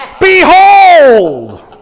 Behold